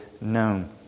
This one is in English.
known